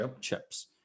chips